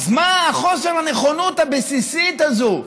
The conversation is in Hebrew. אז מה חוסר הנכונות הבסיסי הזה?